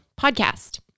podcast